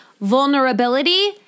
vulnerability